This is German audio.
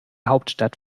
hauptstadt